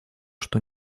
что